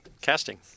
casting